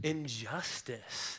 Injustice